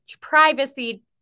Privacy